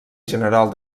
general